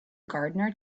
gardener